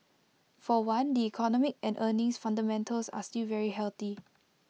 for one the economic and earnings fundamentals are still very healthy